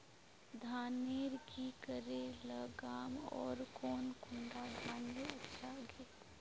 धानेर की करे लगाम ओर कौन कुंडा धानेर अच्छा गे?